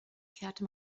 kehrte